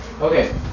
Okay